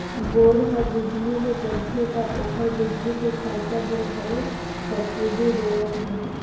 bore ह बिजली ले चलथे त ओखर बिजली के खरचा बर घलोक सब्सिडी देवत हे